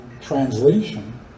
translation